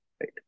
right